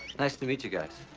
nice to meet you guys.